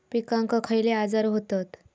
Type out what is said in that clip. पिकांक खयले आजार व्हतत?